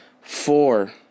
four